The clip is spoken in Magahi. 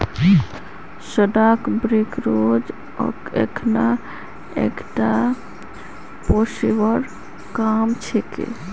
स्टॉक ब्रोकरेज अखना एकता पेशेवर काम छिके